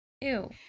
Ew